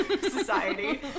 society